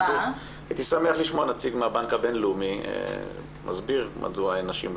הייתי שמח לשמוע נציג מהבנק הבינלאומי מסביר מדוע אין נשים בדירקטוריון.